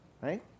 right